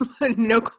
No